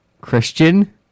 Christian